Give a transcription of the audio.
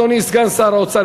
אדוני סגן שר האוצר,